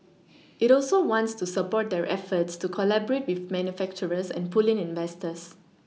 it also wants to support their efforts to collaborate with manufacturers and pull in investors